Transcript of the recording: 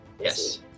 Yes